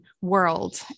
world